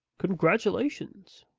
congratulations.